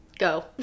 Go